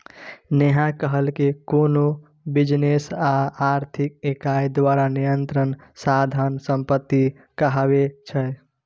नेहा कहलकै कोनो बिजनेस या आर्थिक इकाई द्वारा नियंत्रित साधन संपत्ति कहाबै छै